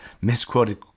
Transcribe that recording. misquoted